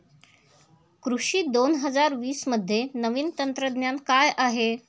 कृषी दोन हजार वीसमध्ये नवीन तंत्रज्ञान काय आहे?